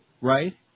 right